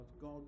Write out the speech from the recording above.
God